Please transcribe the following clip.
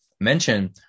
mention